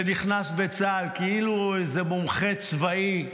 ונכנס בצה"ל כאילו הוא איזה מומחה צבאי,